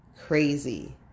Crazy